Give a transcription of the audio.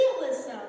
Realism